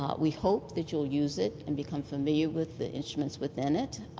um we hope that you'll use it and become familiar with the instruments within it,